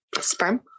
Sperm